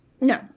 No